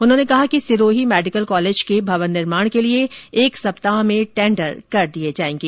उन्होंने कहा कि सिरोही मेडिकल कॉलेज के भवन निर्माण के लिए एक सप्ताह में टेंडर कर दिए जायेंगें